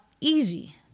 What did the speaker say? easy